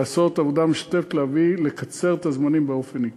לעשות עבודה משותפת כדי לקצר את הזמנים באופן ניכר.